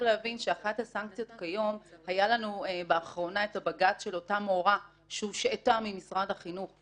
ולאחרונה היה לנו את הבג"צ של אותה מורה שהושעתה ממשרד החינוך,